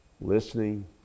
Listening